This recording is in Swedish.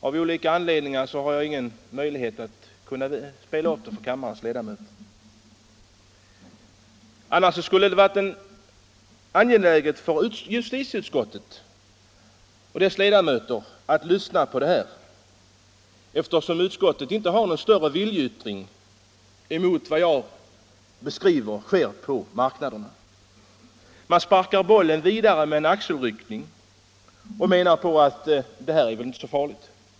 Av olika anledningar har jag ingen möjlighet att spela upp det för kammaren; annars skulle det ha varit angeläget för justitieutskottets ledamöter att lyssna på det, eftersom utskottet inte visar någon starkare reaktion mot vad jag beskriver sker på marknaden. Man sparkar bollen vidare med en axelryckning och menar att det väl inte är så farligt.